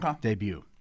debut